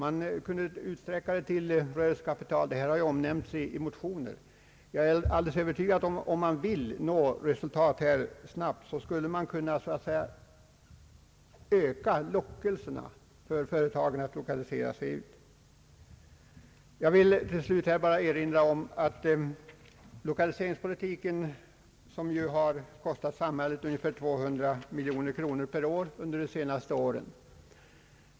Man kunde utsträcka det till rörelsekapitalet — detta har omnämnts i motioner. Jag är övertygad att om man vill nå resultat snabbare skulle man kunna öka lockelsen för företagen att lokalisera sig i Norrland. Jag vill till slut erinra om att lokaliseringspolitiken har kostat samhället ungefär 200 miljoner kronor per år under de senaste åren.